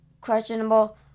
questionable